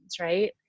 right